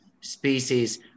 species